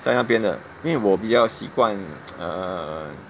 在那边的因为我比较习惯 err